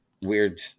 weird